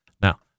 Now